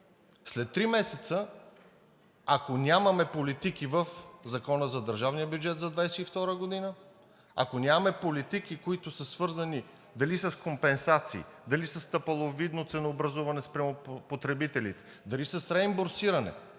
След три месеца, ако нямаме политики в Закона за държавния бюджет за 2022 г., ако нямаме политики, които са свързани дали с компенсации, дали със стъпаловидно ценообразуване спрямо потребителите, дали с реимбурсиране,